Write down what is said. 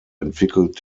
entwickelt